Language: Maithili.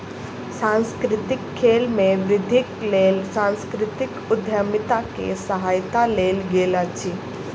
सांस्कृतिक खेल में वृद्धिक लेल सांस्कृतिक उद्यमिता के सहायता लेल गेल अछि